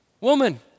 woman